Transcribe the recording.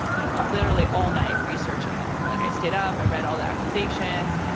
you know, literally all night researching it. and like, i stayed up, i read all the accusations.